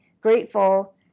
grateful